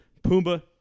Pumbaa